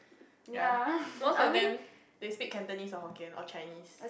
ya most of them they speak Cantonese or Hokkien or Chinese